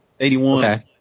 81